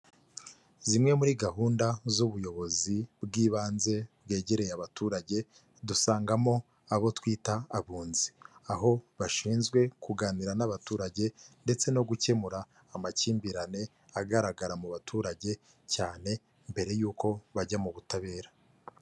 Zimwe muri gahunda z'ubuyobozi bw'ibanze bwegereye abaturage, dusangamo abo twita abunzi, aho bashinzwe kuganira n'abaturage ndetse no gukemura amakimbirane agaragara mu baturage cyane, mbere y'uko bajya mu butabera.